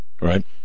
Right